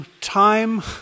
time